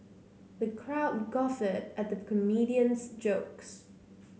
the crowd guffawed at the comedian's jokes